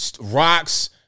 rocks